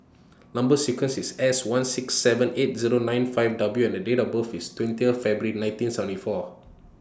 Number sequence IS S one six seven eight Zero nine five W and Date of birth IS twenty February nineteen seventy four